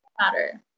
Matter